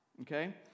okay